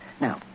Now